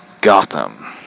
Gotham